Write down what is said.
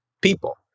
people